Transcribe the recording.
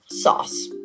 sauce